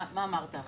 מה אמרת עכשיו?